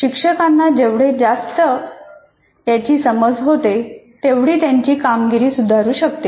शिक्षकांना जेवढे जास्त याची समज होते तेवढी त्यांची कामगिरी सुधारू शकते